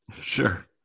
Sure